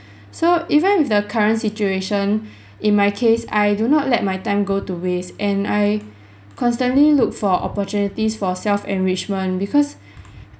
so even if the current situation in my case I do not let my time go to waste and I constantly look for opportunities for self-enrichment because